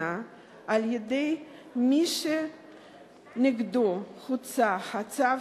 הגנה על-ידי מי שנגדו הוצא הצו,